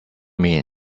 mean